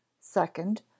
Second